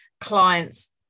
clients